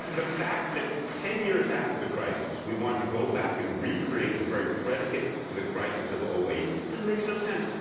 the fact that ten years after the crisis, we want to go back and recreate the very predicate to the crisis of um eight just makes no sense.